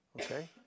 Okay